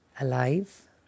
alive